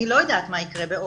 אני לא יודעת מה יקרה באוגוסט.